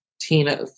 Tina